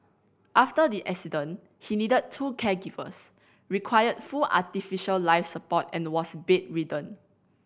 after the accident he needed two caregivers required full artificial life support and was bedridden